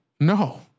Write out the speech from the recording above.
No